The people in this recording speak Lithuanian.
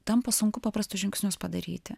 tampa sunku paprastus žingsnius padaryti